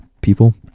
people